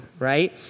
Right